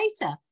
later